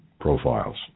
profiles